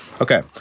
Okay